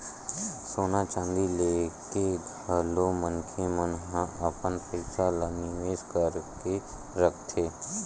सोना चांदी लेके घलो मनखे मन ह अपन पइसा ल निवेस करके रखथे